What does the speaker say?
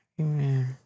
Amen